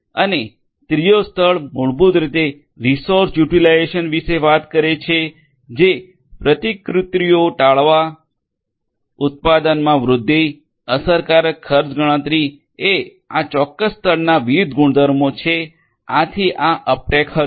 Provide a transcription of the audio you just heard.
અને ત્રીજો સ્તર મૂળભૂત રીતે સુધારેલ રિસોર્સ યુટિલાઈઝેશન વિશે વાત કરે છે કે જે પ્રતિકૃતિઓ ટાળવા ઉત્પાદનમાં વૃદ્ધિ અસરકારક ખર્ચ ગણતરી એ આ ચોક્કસ સ્તરના વિવિધ ગુણધર્મો છે આથી આ અપટેક હતું